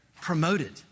promoted